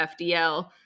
fdl